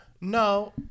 No